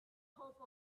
hope